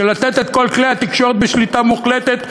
של לתת את כל כלי התקשורת בשליטה מוחלטת,